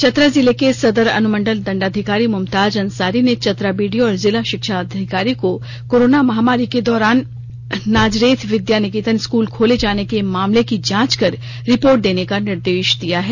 चतरा जिले के सदर अनुमंडल दंडाधिकारी मुमताज अंसारी ने चतरा बीडीओ और जिला शिक्षा अधिकारी को कोरोना महामारी र्क दौरान नाजरेथ विद्या निकेतन स्कूल खोले जाने के मामले की जांच कर रिपोर्ट देने का निर्देश दिया है